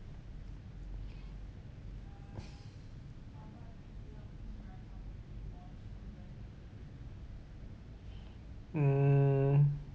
mm